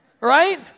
Right